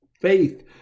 faith